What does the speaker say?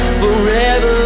forever